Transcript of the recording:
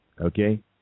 Okay